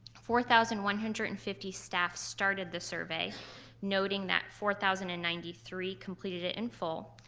four thousand one hundred and fifty staff started the survey noting that four thousand and ninety three completed it in full.